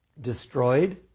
Destroyed